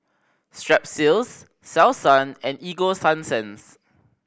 Strepsils Selsun and Ego Sunsense